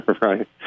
right